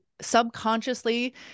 subconsciously